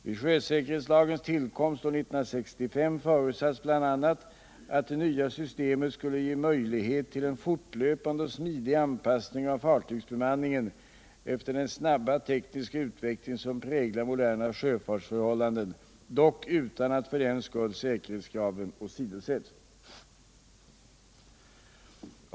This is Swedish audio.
Vid sjösäkerhetslagens tillkomst år 1965 förutsattes bl.a. att det nya systemet skulle ge möjlighet till en fortlöpande och smidig anpassning av fartygsbemanningen efter den snabba tekniska utveckling som präglar moderna sjöfartsförhållanden dock utan att för den skull säkerhetskraven åsidosätts.